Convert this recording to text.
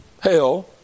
hell